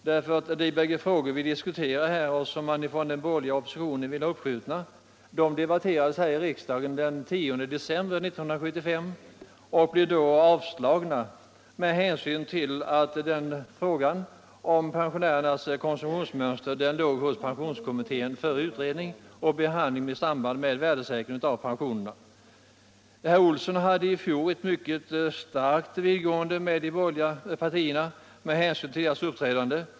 De båda frågor som vi diskuterar här och som den borgerliga oppositionen vill ha uppskjutna debatterades här i riksdagen den 10 december 1975, och yrkandena blev då avslagna med hänsyn till att frågan om pensionärernas konsumtionsmönster låg hos pensionskommittén för utredning och behandling i samband med värdesäkring av pensionerna. Herr Olsson i Stockholm hade i fjol en stark vidräkning med de borgerliga partierna med hänsyn till deras uppträdande.